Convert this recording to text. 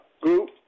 group